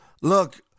look